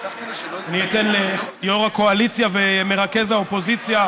אני אתן ליושב-ראש הקואליציה ולמרכז האופוזיציה,